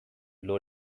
low